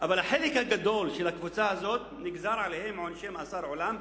אבל על החלק הגדול של הקבוצה הזאת נגזרו עונשי מאסר עולם.